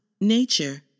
Nature